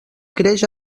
creix